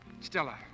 Stella